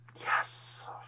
Yes